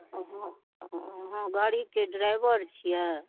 हँ हँ गाड़ीके ड्राइवर छियै